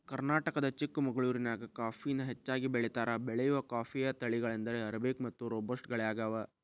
ಕರ್ನಾಟಕದ ಚಿಕ್ಕಮಗಳೂರಿನ್ಯಾಗ ಕಾಫಿನ ಹೆಚ್ಚಾಗಿ ಬೆಳೇತಾರ, ಬೆಳೆಯುವ ಕಾಫಿಯ ತಳಿಗಳೆಂದರೆ ಅರೇಬಿಕ್ ಮತ್ತು ರೋಬಸ್ಟ ಗಳಗ್ಯಾವ